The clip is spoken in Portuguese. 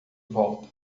volta